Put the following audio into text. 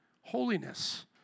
Holiness